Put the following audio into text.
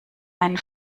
einen